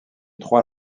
trois